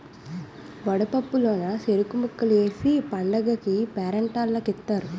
వడపప్పు లోన సెరుకు ముక్కలు ఏసి పండగకీ పేరంటాల్లకి ఇత్తారు